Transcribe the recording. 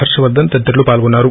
హర్ష వర్దన్ తదితరులు పాల్గొన్నారు